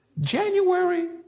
January